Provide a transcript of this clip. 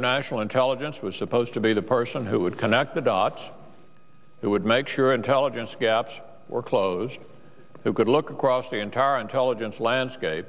of national intelligence was supposed to be the person who would connect the dots it would make sure intelligence gaps or closed who could look across the entire intelligence landscape